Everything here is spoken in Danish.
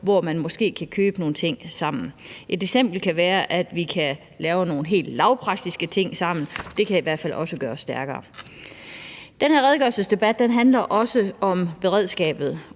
ressourcer til andre opgaver. Et eksempel kan være, at vi kan lave nogle helt lavpraktiske ting sammen. Det kan i hvert fald også gøres stærkere. Den her redegørelsesdebat handler også om beredskabet,